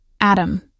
Adam